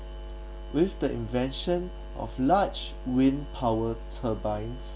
with the invention of large wind power turbines